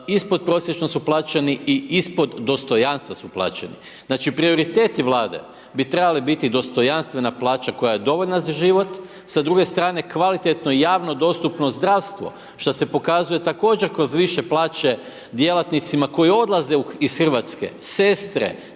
ispodprosječno su plaćeni i ispod dostojanstva su plaćeni. Znači prioriteti Vlade bi trebali biti dostojanstvena plaća koja je dovoljna za život, s druge strane kvalitetno i javno dostupno zdravstvo što se dokazuje također kroz više plaće djelatnicima koji odlaze iz Hrvatske sestre,